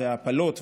ההפלות,